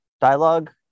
dialogue